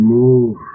move